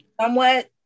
somewhat